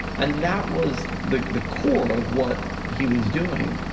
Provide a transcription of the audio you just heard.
and that was the the core of what he was doing,